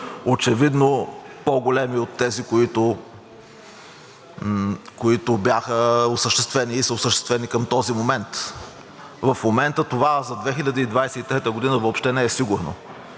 очевидно по-големи от тези, които бяха осъществени и са осъществени към този момент. В момента това за 2023 г. въобще не е сигурно.